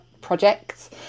projects